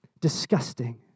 disgusting